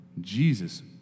Jesus